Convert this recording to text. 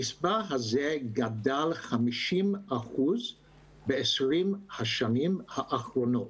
המספר הזה גדל ב-50% ב-20 השנים האחרונות.